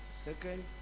second